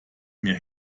meer